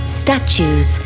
statues